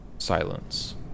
Silence